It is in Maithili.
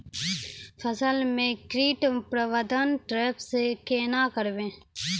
फसल म कीट प्रबंधन ट्रेप से केना करबै?